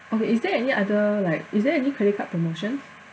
okay is there any other like is there any credit card promotions